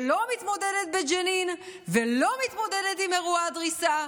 שלא מתמודדת בג'נין ולא מתמודדת עם אירוע הדריסה,